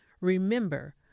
Remember